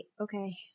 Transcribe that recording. Okay